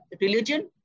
religion